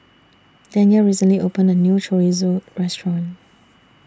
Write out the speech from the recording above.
Danyell recently opened A New Chorizo Restaurant